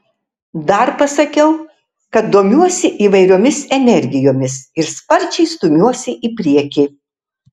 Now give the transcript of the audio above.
dar pasakiau kad domiuosi įvairiomis energijomis ir sparčiai stumiuosi į priekį